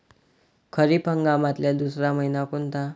खरीप हंगामातला दुसरा मइना कोनता?